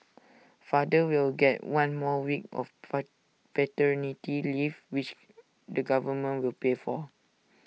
fathers will get one more week of fight paternity leave which the government will pay for